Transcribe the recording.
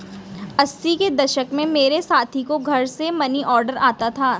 अस्सी के दशक में मेरे साथी को घर से मनीऑर्डर आता था